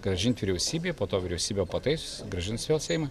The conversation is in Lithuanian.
grąžinti vyriausybei po to vyriausybė pataisiusi grąžins seimui